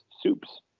soups